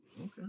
okay